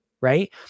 right